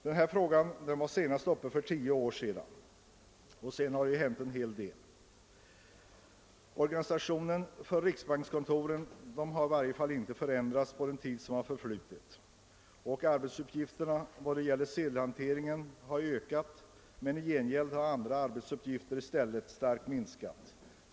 Spörsmålet var senast uppe för tio år sedan, och därefter har det ju hänt en hel del, men riksbankskontorens organisation har inte förändrats under den tid som förflutit. Arbetsuppgifterna beträffande sedelhanteringen har ökat, medan andra arbetsuppgifter har starkt minskat.